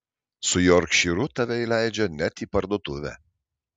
su jorkšyru tave įleidžia net į parduotuvę